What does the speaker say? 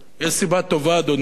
יש סיבה טובה, אדוני,